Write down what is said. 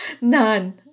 None